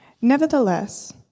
Nevertheless